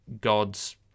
God's